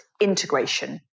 integration